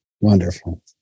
wonderful